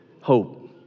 hope